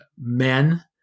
men